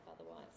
otherwise